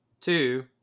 Two